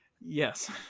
yes